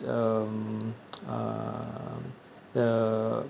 um uh the